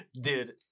dude